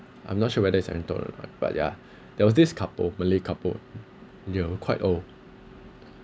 I'm not sure whether it's rental or not but yeah there was this couple malay couple they are quite old